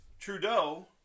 Trudeau